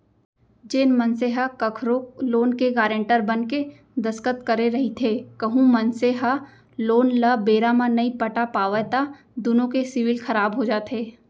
जेन मनसे ह कखरो लोन के गारेंटर बनके दस्कत करे रहिथे कहूं मनसे ह लोन ल बेरा म नइ पटा पावय त दुनो के सिविल खराब हो जाथे